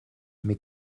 mes